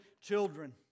children